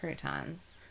croutons